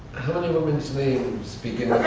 how many women's names